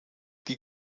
die